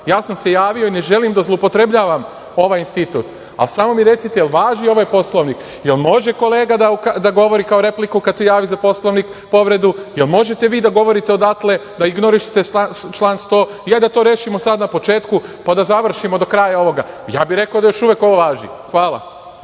ja sam se javio i ne želim da zloupotrebljavam ovaj institut, ali samo mi recite, da li važi ovaj Poslovnik? Da li može kolega da govori po replici kada se javi za povredu Poslovnika? Da li vi možete da govorite odatle, da ignorišete član 100?Ajde da to rešimo sada, na početku, pa da završimo do kraja ovoga. Ja bih rekao da još uvek ovo važi. Hvala.